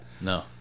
no